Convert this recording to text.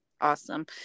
awesome